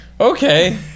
okay